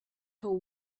till